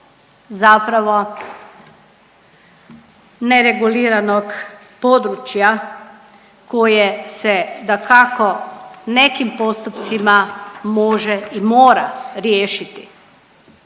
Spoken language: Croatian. zapravo nereguliranog područja koje se dakako nekim postupcima može i mora riješiti.